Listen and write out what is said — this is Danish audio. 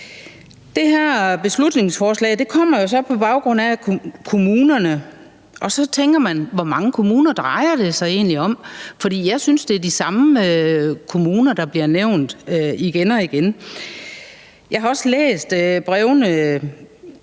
Det her beslutningsforslag kommer jo så på baggrund af kommunerne, og så tænker man: Hvor mange kommuner drejer det sig egentlig om? For jeg synes, det er de samme kommuner, der bliver nævnt igen og igen. Jeg har også læst brevene